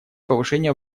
повышение